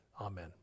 Amen